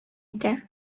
итә